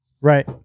Right